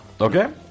Okay